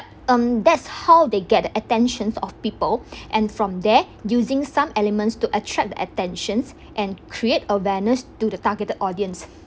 um that's how they get the attention of people and from there using some elements to attract attentions and create awareness to the targeted audience